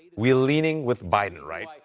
we are leaning with biden. right. like